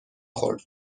خورد